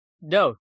no